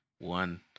One